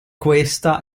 questa